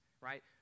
right